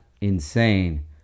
insane